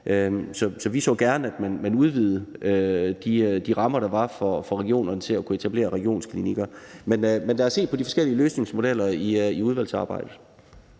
Så vi så gerne, at man udvidede de rammer, der var for regionerne, til at kunne etablere regionsklinikker. Men lad os se på de forskellige løsningsmodeller i udvalgsarbejdet.